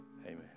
Amen